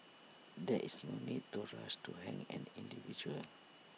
there is no need to rush to hang an individual